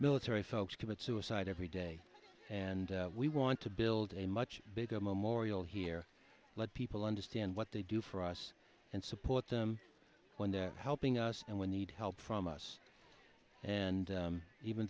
military folks commit suicide every day and we want to build a much bigger memorial here let people understand what they do for us and support them when they're helping us and when they need help from us and even